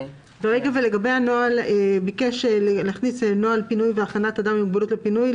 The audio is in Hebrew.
הוא ביקש להכניס נוהל פינוי והכנת אדם עם מוגבלות לפינוי,